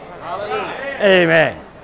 Amen